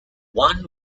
one